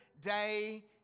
day